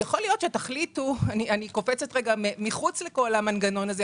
אני קופצת לרגע מחוץ לכל המנגנון הזה.